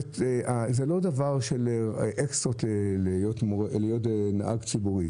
זה לא דבר של אקסטרות להיות נהג ציבורי,